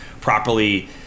properly